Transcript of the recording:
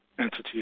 entity